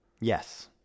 Yes